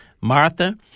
Martha